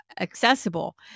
accessible